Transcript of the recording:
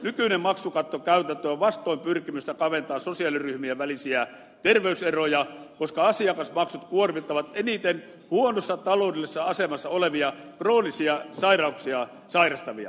nykyinen maksukattokäytäntö on vastoin pyrkimystä kaventaa sosiaaliryhmien välisiä terveyseroja koska asiakasmaksut kuormittavat eniten huonossa taloudellisessa asemassa olevia kroonisia sairauksia sairastavia